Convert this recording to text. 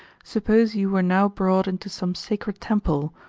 suppose you were now brought into some sacred temple,